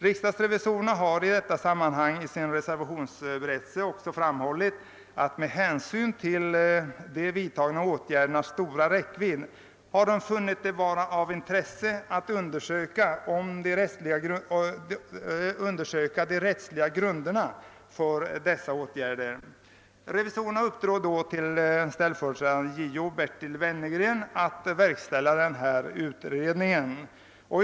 Riksdagsrevisorerna har i detta sammanhang i sin revisionsberättelse framhållit att de med hänsyn till de vidtagna åtgärdernas stora räckvidd funnit det vara av intresse att undersöka frågan om de rättsliga grunderna för dessa åtgärder. Revisorerna uppdrog åt ställföreträdande justitieombudsmannen Bertil Wennergren att verkställa denna utredning.